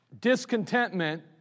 discontentment